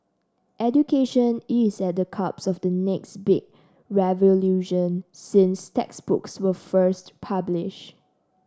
education is at the cusp of the next big revolution since textbooks were first published